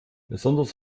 besonders